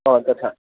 हो तथा